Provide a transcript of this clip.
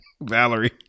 Valerie